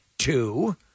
Two